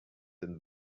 and